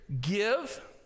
give